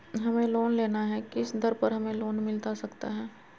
हमें लोन लेना है किस दर पर हमें लोन मिलता सकता है?